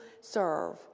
serve